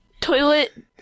Toilet